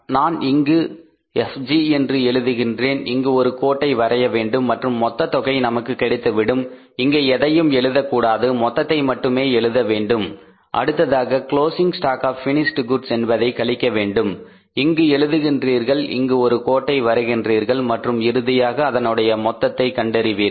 நான் இங்கு FG என்று எழுதுகின்றேன் இங்கு ஒரு கோட்டை வரையவேண்டும் மற்றும் மொத்த தொகை நமக்கு கிடைத்துவிடும் இங்கே எதையும் எழுதக்கூடாது மொத்தத்தை மட்டுமே எழுதவேண்டும் அடுத்ததாக closing stock of finished goods என்பதை கழிக்கவேண்டும் இங்கு எழுதுகின்றீர்கள் இங்கு ஒரு கோட்டை வரைகின்றீர்கள் மற்றும் இறுதியாக அதனுடைய மொத்தத்தை கண்டறிவீர்கள்